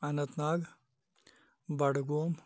Anant Nag Budgam